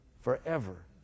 forever